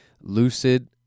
lucid